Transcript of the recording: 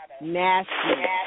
nasty